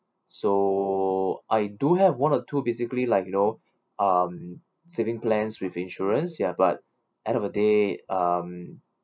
so I do have one or two basically like you know um saving plans with insurance ya but end of the day um